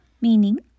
meaning